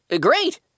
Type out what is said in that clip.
great